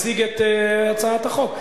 הוא מציג את הצעת החוק.